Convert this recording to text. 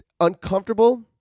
uncomfortable